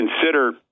consider